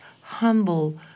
humble